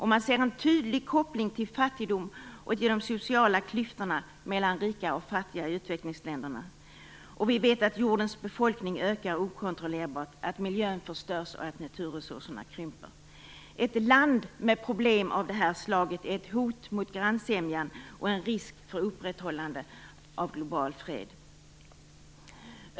Man ser en tydlig koppling mellan detta och fattigdom och sociala klyftor mellan rika och fattiga i utvecklingsländerna. Vi vet att jordens befolkning ökar okontrollerbart, att miljön förstörs och att naturresurserna krymper. Ett land med problem av det här slaget är ett hot mot grannsämjan och en risk för upprätthållande av global fred.